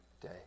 day